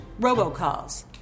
robocalls